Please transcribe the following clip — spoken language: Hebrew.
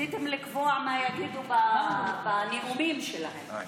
ניסיתם לקבוע מה יגידו בנאומים שלהם.